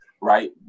right